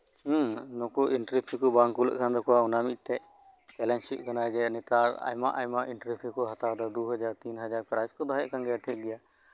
ᱦᱩᱸ ᱱᱩᱠᱩ entry fee ᱠᱚ ᱵᱟᱝ ᱠᱩᱞᱟᱹᱜ ᱠᱟᱱ ᱛᱟᱠᱚᱣᱟ ᱚᱱᱟ ᱢᱤᱫᱴᱮᱱ ᱪᱮᱞᱮᱧᱡ ᱦᱩᱭᱩᱜ ᱠᱟᱱᱟ ᱡᱮ ᱱᱮᱛᱟᱨ ᱟᱭᱢᱟ ᱟᱭᱢᱟ ᱮᱱᱴᱨᱤ ᱯᱷᱤ ᱠᱚ ᱦᱟᱛᱟᱣᱮᱫᱟ ᱫᱩ ᱦᱟᱡᱟᱨ ᱛᱤᱱ ᱦᱟᱡᱟᱨ ᱯᱨᱟᱭᱤᱡ ᱠᱚ ᱫᱚᱦᱚᱭᱮᱫ ᱠᱟᱱ ᱜᱮᱭᱟ ᱴᱷᱤᱠ ᱜᱮᱭᱟ